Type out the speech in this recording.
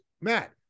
Matt